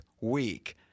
week